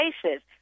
places